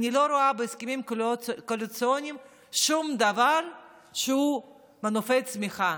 אני לא רואה בהסכמים הקואליציוניים שום דבר שהוא מנופי צמיחה.